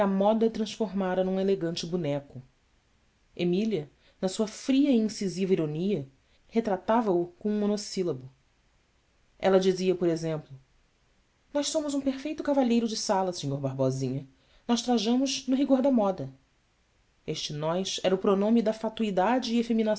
moda transformara num elegante boneco emília na sua fria e incisiva ironia retratava o com um monossílabo ela dizia por exemplo ós somos um perfeito cavalheiro de sala sr barbosinha nós trajamos no rigor da moda este nós era o pronome da